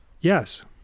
Yes